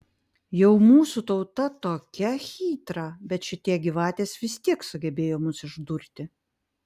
jau mūsų tauta tokia chytra bet šitie gyvatės vis tiek sugebėjo mus išdurti